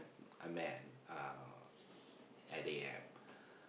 I met um at the app